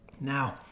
Now